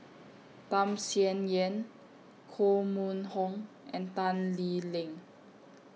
Tham Sien Yen Koh Mun Hong and Tan Lee Leng